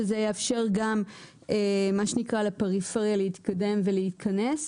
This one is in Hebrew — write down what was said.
שזה יאפשר גם לפריפריה להתקדם ולהכנס.